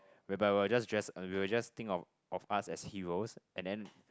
whereby were just dress we will just think of of us as heroes and then